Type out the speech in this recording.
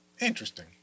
Interesting